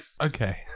Okay